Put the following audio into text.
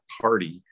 party